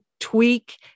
Tweak